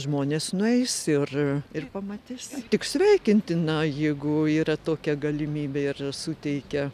žmonės nueis ir ir pamatys tik sveikintina jeigu yra tokia galimybė ir suteikia